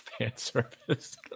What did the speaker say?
Fanservice